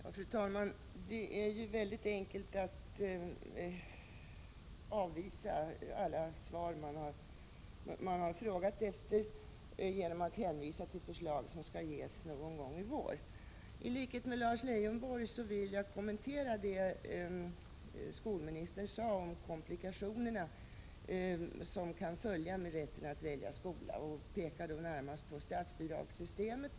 Fru talman! Det är mycket enkelt att avvisa alla svar man har frågat efter genom att hänvisa till förslag som skall ges någon gång i vår. I likhet med Lars Leijonborg vill jag kommentera det skolministern sade om de komplikationer som kan följa med rätten att välja skola och närmast peka på statsbidragssystemet.